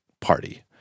party